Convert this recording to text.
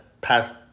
past